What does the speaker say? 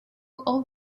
all